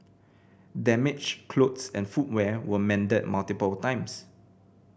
damaged clothes and footwear were mended multiple times